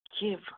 give